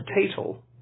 potato